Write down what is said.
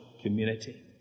community